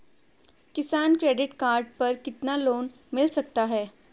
किसान credit card पर कितना लोंन मिल सकता है?